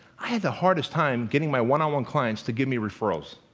i had the hardest time getting my one-on-one clients to give me referrals.